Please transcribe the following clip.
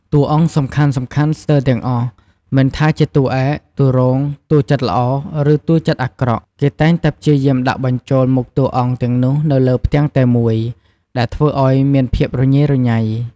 តួអង្គសំខាន់ៗស្ទើរទាំងអស់ មិនថាជាតួឯក តួរង តួចិត្តល្អ ឬតួចិត្តអាក្រក់ គេតែងតែព្យាយាមដាក់បញ្ចូលមុខតួអង្គទាំងនោះនៅលើផ្ទាំងតែមួយ ដែលធ្វើឲ្យមានភាពរញ៉េរញ៉ៃ។